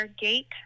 gate